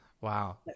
Wow